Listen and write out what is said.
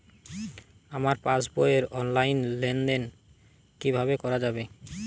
আমার পাসবই র অনলাইন লেনদেন কিভাবে করা যাবে?